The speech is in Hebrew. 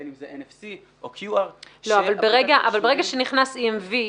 בין אם זה NFC או QR. ברגע שנכנס EMV,